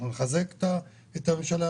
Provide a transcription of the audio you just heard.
אנחנו נחזק את הממשלה,